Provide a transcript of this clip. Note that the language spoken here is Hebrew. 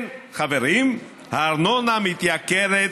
כן, חברים, הארנונה מתייקרת